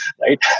right